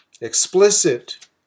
explicit